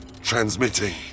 transmitting